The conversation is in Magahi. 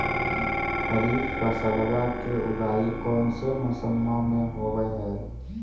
खरीफ फसलवा के उगाई कौन से मौसमा मे होवय है?